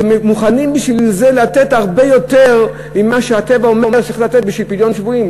שמוכנים לתת הרבה יותר ממה שהטבע אומר שצריך לתת בשביל פדיון שבויים.